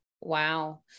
Wow